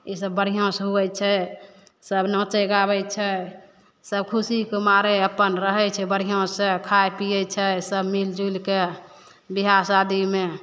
इसब बढ़िऑंसे होइ छै सब नाँचैगाबै छै सब खुशीके मारे अपन रहै छै बढ़िऑंसॅं खाइ पीयै सब मिल जुलिके विवाह शादीमे